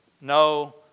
no